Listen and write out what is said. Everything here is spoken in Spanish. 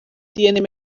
tienen